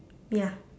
ya